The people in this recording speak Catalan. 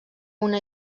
una